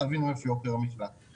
תבינו איפה יוקר המחייה.